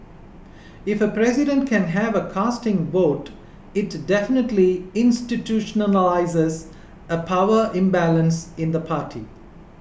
if a president can have a casting vote it definitely institutionalises a power imbalance in the party